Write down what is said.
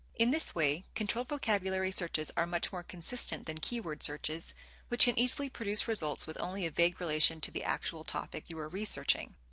in this way, controlled vocabulary searches are much more consistent than keyword searches which can easily produce results with only a vague relation to the actual topic you are researching.